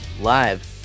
live